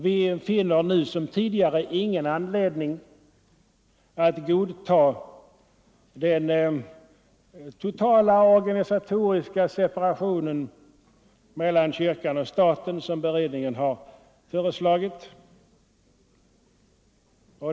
Vi finner nu som tidigare ingen anledning att godta den totala organisatoriska separation mellan kyrkan och staten som beredningen har föreslagit.